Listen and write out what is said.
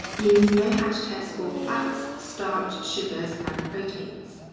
you need to know how to test for fats, starch, sugars and proteins.